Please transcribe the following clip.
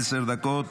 עשר דקות,